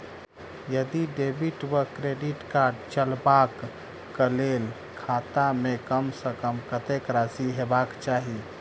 यदि डेबिट वा credit card चलबाक कऽ लेल खाता मे कम सऽ कम कत्तेक राशि हेबाक चाहि?